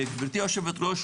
גברתי יו"ר,